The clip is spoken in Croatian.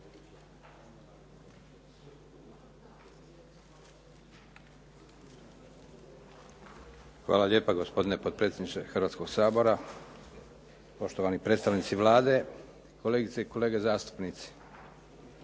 Hvala lijepa gospodine potpredsjedniče Hrvatskoga sabora, poštovani predstavnici Vlade, poštovani kolegice i kolege zastupnici.